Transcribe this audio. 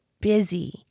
busy